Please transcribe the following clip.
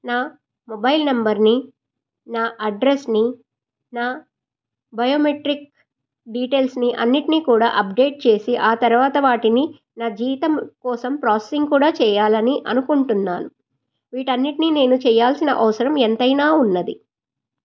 నా మొబైల్ నెంబర్ని నా అడ్రస్ని నా బయోమెట్రిక్ డీటెయిల్స్ని అన్నిట్నీ కూడా అప్డేట్ చేసి ఆ తర్వాత వాటిని నా జీతం కోసం ప్రాసెసింగ్ కూడా చేయాలని అనుకుంటున్నాను వీటన్నిట్నీ నేను చెయ్యాల్సిన అవసరం ఎంతైనా ఉన్నది